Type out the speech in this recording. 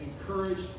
encouraged